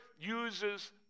uses